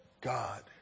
God